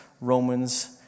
Romans